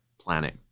planet